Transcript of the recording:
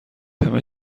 همه